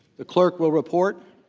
the clerk will report.